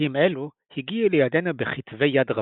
פרקים אלה הגיעו לידינו בכתבי יד רבים,